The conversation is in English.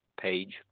page